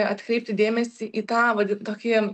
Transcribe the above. atkreipti dėmesį į tą vadi tokį